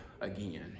Again